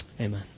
amen